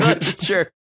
Sure